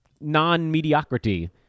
non-mediocrity